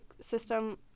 system